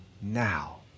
now